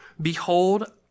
behold